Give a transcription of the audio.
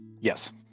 Yes